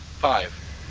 five,